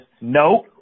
Nope